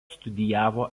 studijavo